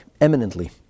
eminently